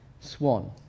swan